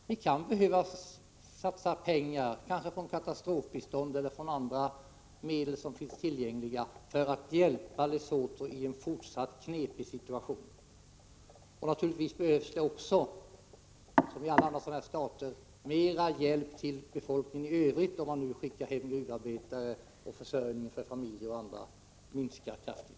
Vi kan behöva satsa pengar, kanske från anslaget till katastrofbistånd eller av andra medel som finns tillgängliga, för att hjälpa Lesotho i en fortsatt svår situation. Naturligtvis behövs det också, som i alla sådana här stater, mera hjälp till befolkningen i Övrigt, när man nu skickar hem gruvarbetare och försörjningsmöjligheterna för familjer och andra försämras kraftigt.